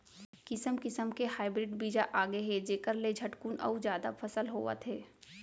किसम किसम के हाइब्रिड बीजा आगे हे जेखर ले झटकुन अउ जादा फसल होवत हे